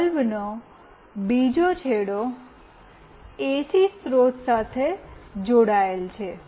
બલ્બનો બીજો છેડો એસી સ્રોત સાથે જોડાયેલ છે